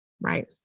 Right